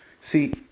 See